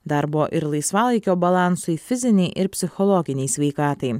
darbo ir laisvalaikio balansui fizinei ir psichologinei sveikatai